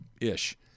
ish